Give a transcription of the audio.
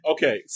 Okay